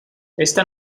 esta